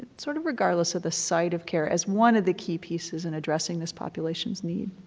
ah sort of regardless of the site of care, as one of the key pieces in addressing this population's need.